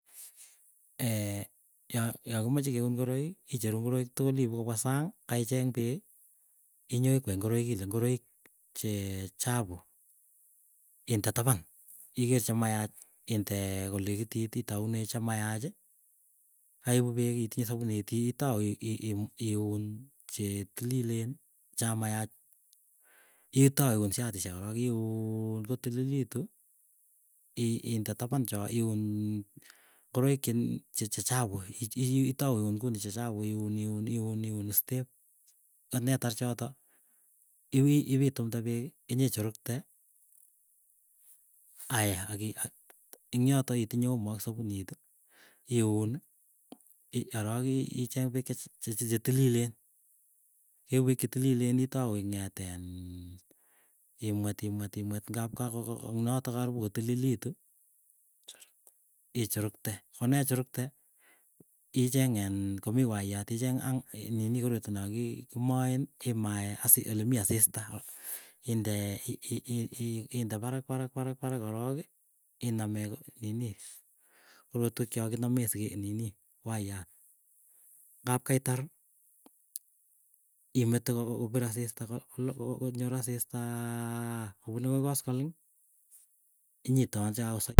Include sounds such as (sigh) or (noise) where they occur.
(hesitation) yakimeche keun ngoroik icheru ngoroik tukul iipu kopwa sang, kaicheng peek, inyoo ikwei ngoroik ile ngoroik che chapu, inde tapan iger chemayach inde kolekitit, itaunee itoune chemayachi. Aipu peek itinye sapunit itou iiun che tililen chamayach, itau iun shatishek korok iun kotililitu, i inde tapan cho iun ngoroik che chechapu itau uin nguni chechapu, iun iun iun iun step. Konetar chotok iwi ipitumde peeki, inyichurukte, aya aki ing yoto itinye omo ak saounit, iuni arok icheng peek che che chetililen yeipu peek chetililen itou ing'etin imwet imwet ngap kako ko inatok karibu kotililitu ichurukte. Konechurukte icheng en komii wayat hang nini koroito na ki maen imaen olemii asista. Inde i i inde parak parak parak koroki iname ko nini korotwek chakiname sike nini wayat. Ngap kaitar imete kopir asista ko konyor asista kopune koskoleng nyitapen chakosa.